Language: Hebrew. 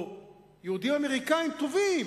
או יהודים אמריקנים טובים,